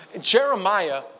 Jeremiah